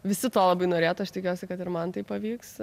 visi to labai norėtų aš tikiuosi kad ir man tai pavyks